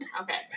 Okay